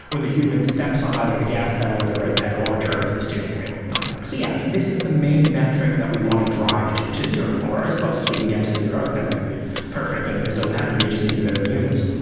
when the human steps on either the gas pedal or the brake pedal, or turns the steering wheel so yeah. i mean, this is the main metric that we want to drive to to zero, or as close as we can get to zero. it's never going to be perfect and it doesn't have to be. it just needs to be better than humans.